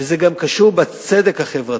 וזה קשור גם בצדק החברתי,